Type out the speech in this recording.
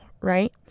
right